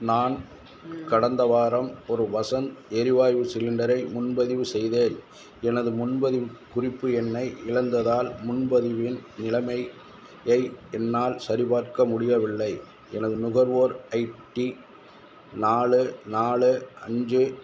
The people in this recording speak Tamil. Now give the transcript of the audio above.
நான் கடந்த வாரம் ஒரு வசந்த் எரிவாய்வு சிலிண்டரை முன்பதிவு செய்தேன் எனது முன்பதிவுக் குறிப்பு எண்ணை இழந்ததால் முன்பதிவின் நிலமையை என்னால் சரிபார்க்க முடியவில்லை எனது நுகர்வோர் ஐடி நாலு நாலு அஞ்சு